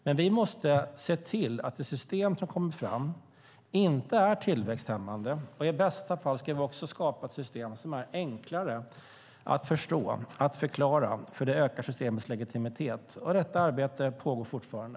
Men vi måste se till att det system som kommer fram inte är tillväxthämmande, och i bästa fall ska vi också skapa ett system som enklare att förstå och förklara, för det ökar systemets legitimitet. Det arbetet pågår fortfarande.